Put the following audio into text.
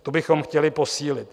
To bychom chtěli posílit.